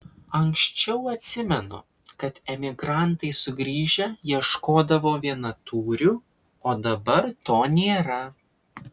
anksčiau atsimenu kad emigrantai sugrįžę ieškodavo vienatūrių o dabar to nėra